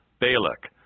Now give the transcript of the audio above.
Balak